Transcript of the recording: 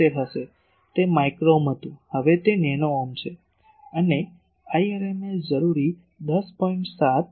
75 હશે તે micro ohm હતું હવે તે નેનો ઓહ્મ છે અને Irms જરૂરી ૧૦